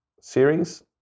Series